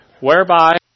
whereby